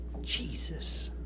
Jesus